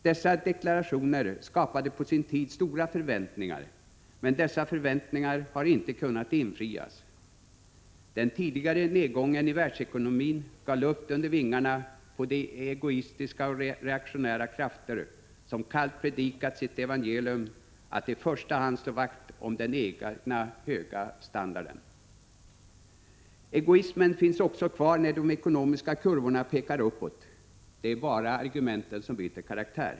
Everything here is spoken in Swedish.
Dessa deklarationer skapade på sin tid stora förväntningar, men förväntningarna har inte kunnat infrias. Den tidigare nedgången i världsekonomin gav luft under vingarna åt de egoistiska och reaktionära krafter som kallt predikat sitt evangelium, att i första hand slå vakt om den egna, höga standarden. Egoismen finns också kvar när de ekonomiska kurvorna pekar uppåt — det är bara argumenten som byter karaktär.